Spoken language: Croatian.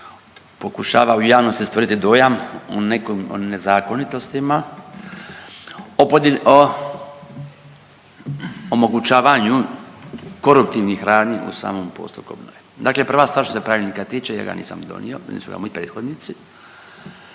pokušava u javnosti stvoriti dojam o nekim nezakonitostima, o omogućavanju koruptivnih radnji u samom postupku obnove. Dakle, prva stvar što se Pravilnika tiče, ja ga nisam donio, donijeli su ga moji prethodnici.